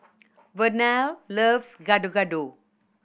Vernell loves Gado Gado